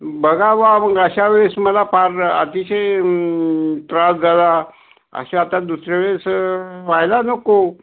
बघा बुवा मंग अश्या वेळेस मला फार अतिशय त्रास झाला असं आता दुसऱ्या वेळेस वाह्यला नको